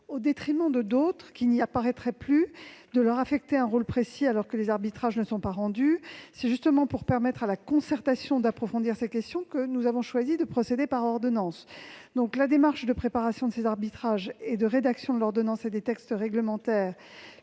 au détriment d'autres et de leur attribuer un rôle précis, alors que les arbitrages ne sont pas rendus. C'est précisément pour permettre à la concertation d'approfondir ces questions que nous avons choisi de procéder par ordonnance. La démarche de préparation des arbitrages et de rédaction de l'ordonnance et des textes réglementaires